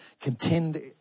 contend